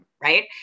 right